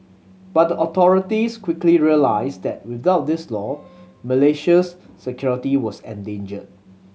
but the authorities quickly realised that without this law Malaysia's security was endangered